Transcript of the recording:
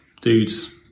dudes